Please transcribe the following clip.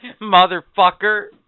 Motherfucker